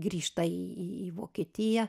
grįžta į į vokietiją